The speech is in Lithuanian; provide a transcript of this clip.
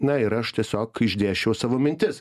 na ir aš tiesiog išdėsčiau savo mintis